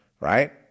right